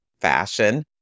fashion